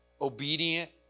obedient